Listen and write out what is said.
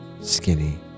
skinny